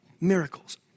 miracles